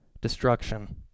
destruction